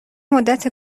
مدت